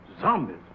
Zombies